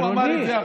העירונית.